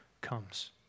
comes